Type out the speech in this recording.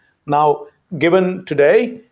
now given today,